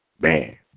Man